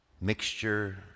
mixture